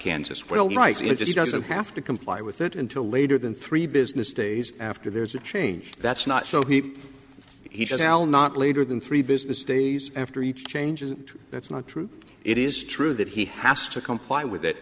kansas will rise it just doesn't have to comply with it until later than three business days after there's a change that's not so he says al not later than three business days after he changes that's not true it is true that he has to comply with it